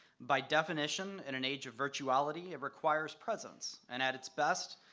by definition, in an age of virtuality, it requires presence and at its best,